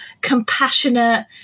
compassionate